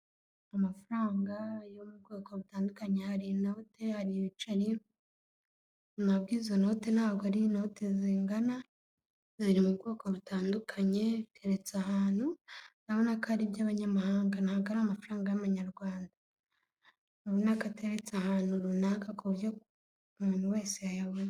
Amafaranga yo mu bwoko butandukanye hari inote hari ibiceri ntabwo izo noti ntabwo ari inoti zingana ziri mu bwoko butandukanye ateretse ahantu urabona ko ari iby'abanyamahanga ntabwo ari amafaranga y'amanyarwanda abona ko ataretse ahantu runaka ku buryo umuntu wese yayabona.